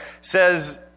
says